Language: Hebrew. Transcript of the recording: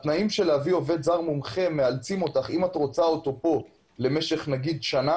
אם את רוצה אותו פה למשך שנה.